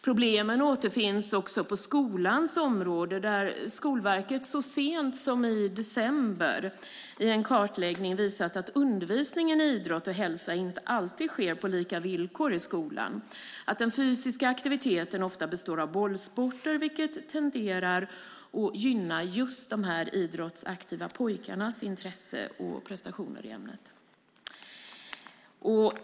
Problemen återfinns också på skolans område, där Skolverket så sent som i december i en kartläggning visade att undervisningen i idrott och hälsa inte alltid sker på lika villkor i skolan. Den fysiska aktiviteten består ofta av bollsporter, vilket tenderar att gynna just de idrottsaktiva pojkarnas intresse och prestationer i ämnet.